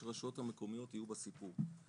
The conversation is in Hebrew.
שהרשויות המקומיות יהיו בסיפור.